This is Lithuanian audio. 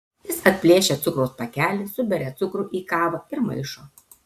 jis atplėšia cukraus pakelį suberia cukrų į kavą ir maišo